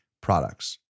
products